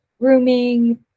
grooming